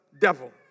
devil